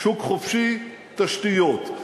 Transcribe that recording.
שוק חופשי, תשתיות.